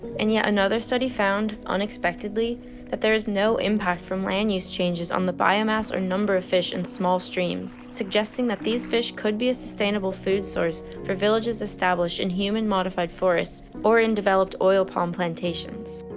and yet another study found unexpectedly that there is no impact from land use changes on the biomass or number of fish and small streams, suggesting that these fish could be a sustainable food source for villages established in human modified forests or in developed oil palm plantations.